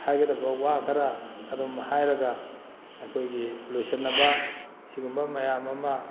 ꯍꯥꯏꯒꯗꯕ ꯋꯥ ꯈꯔ ꯑꯗꯨꯝ ꯍꯥꯏꯔꯒ ꯑꯩꯈꯣꯏꯒꯤ ꯂꯣꯏꯁꯤꯟꯅꯕ ꯁꯤꯒꯨꯝꯕ ꯃꯌꯥꯝ ꯑꯃ